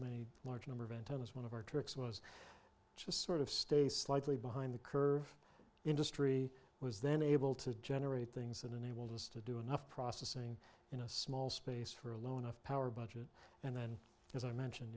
many large number of intel is one of our tricks was just sort of stay slightly behind the curve industry was then able to generate things that enabled us to do enough processing in a small space for a low enough power budget and then as i mentioned